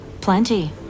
Plenty